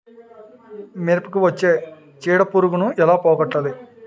మిరపకు వచ్చే చిడపురుగును ఏల పోగొట్టాలి?